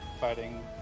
fighting